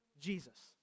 Jesus